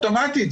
אוטומטית.